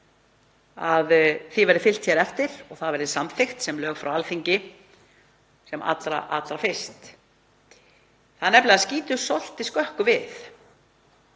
að því verði fylgt eftir og það verði samþykkt sem lög frá Alþingi sem allra fyrst. Það nefnilega skýtur svolítið skökku við